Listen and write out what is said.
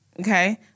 okay